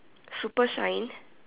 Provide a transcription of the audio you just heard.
super shine